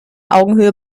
augenhöhe